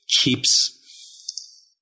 keeps